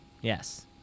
Yes